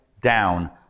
down